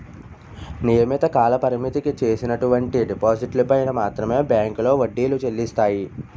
నియమిత కాలపరిమితికి చేసినటువంటి డిపాజిట్లు పైన మాత్రమే బ్యాంకులో వడ్డీలు చెల్లిస్తాయి